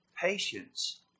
patience